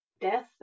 death